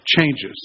changes